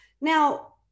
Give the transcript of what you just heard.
Now